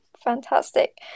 fantastic